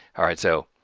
alright, so